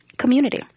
community